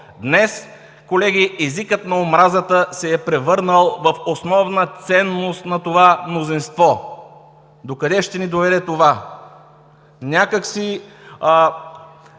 Днес, колеги, езикът на омразата се е превърнал в основна ценност на това мнозинство. Докъде ще ни доведе това? Как